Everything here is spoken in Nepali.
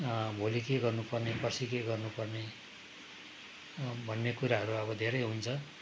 भोलि के गर्नुपर्ने पर्सि के गर्नुपर्ने भन्ने कुराहरू अब धेरै हुन्छ